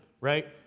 right